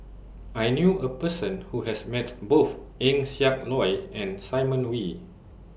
I knew A Person Who has Met Both Eng Siak Loy and Simon Wee